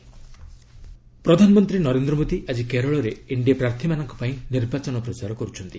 PM Kerala ପ୍ରଧାନମନ୍ତ୍ରୀ ନରେନ୍ଦ୍ର ମୋଦି ଆଜି କେରଳରେ ଏନ୍ଡିଏ ପ୍ରାର୍ଥୀମାନଙ୍କ ପାଇଁ ନିର୍ବାଚନ ପ୍ରଚାର କରୁଛନ୍ତି